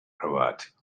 cravat